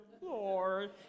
Lord